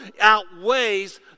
outweighs